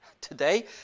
today